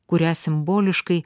kurią simboliškai